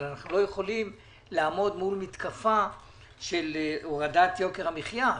אבל אנחנו לא יכולים לעמוד מול מתקפה של הורדת יוקר המחיה.